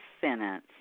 sentence